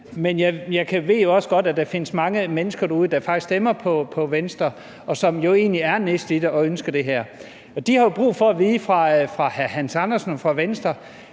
Men jeg ved også godt, at der findes mange mennesker derude, der faktisk stemmer på Venstre, og som egentlig er nedslidte og ønsker det her. De har jo brug for at vide fra hr. Hans Andersen og fra Venstre: